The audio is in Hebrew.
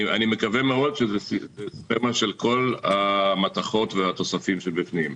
אני מקווה מאוד שזה סכמה של כל המתכות והתוספים שבפנים.